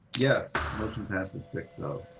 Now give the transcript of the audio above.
yes. motion passes six so